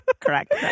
Correct